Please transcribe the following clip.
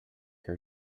her